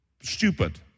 stupid